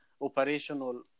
operational